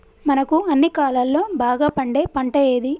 మనకు అన్ని కాలాల్లో బాగా పండే పంట ఏది?